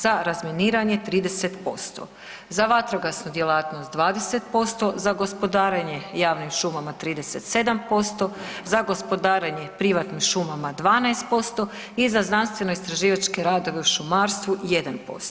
Za razminiranje 30%, za vatrogasnu djelatnost 20%, za gospodarenje javnim šumama 37%, za gospodarenje privatnim šumama 12% i znanstveno-istraživačke radove u šumarstvu 1%